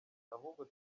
ahubwo